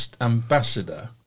ambassador